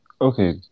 Okay